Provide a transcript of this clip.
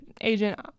agent